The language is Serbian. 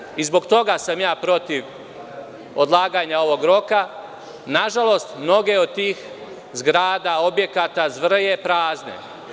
Nažalost, i zbog toga sam ja protiv odlaganja ovog roka, mnoge od tih zgrada, objekata, zvrlje prazne.